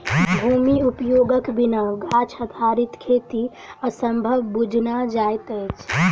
भूमि उपयोगक बिना गाछ आधारित खेती असंभव बुझना जाइत अछि